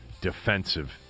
defensive